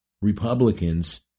Republicans